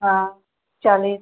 हाँ चालीस